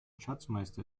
schatzmeister